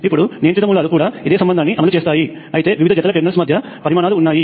ఇప్పుడు నియంత్రిత మూలాలు కూడా ఇదే సంబంధాన్ని అమలు చేస్తాయి అయితే వివిధ జతల టెర్మినల్స్ మధ్య పరిమాణాలు ఉన్నాయి